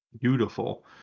Beautiful